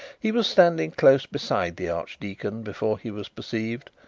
he was standing close beside the archdeacon before he was perceived,